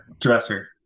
dresser